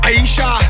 Aisha